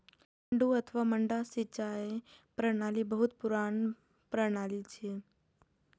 मड्डू अथवा मड्डा सिंचाइ प्रणाली बहुत पुरान प्रणाली छियै